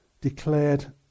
declared